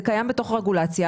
זה קיים בתוך הרגולציה,